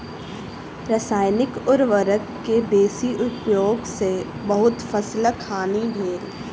रसायनिक उर्वरक के बेसी उपयोग सॅ बहुत फसीलक हानि भेल